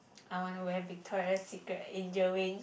I wanna wear Victoria-Secret angel wing